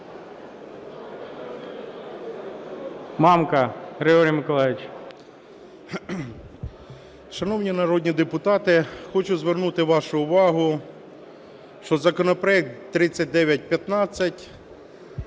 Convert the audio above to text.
Мамка Григорій Миколайович.